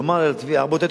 לומר לתביעה: רבותי,